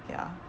ya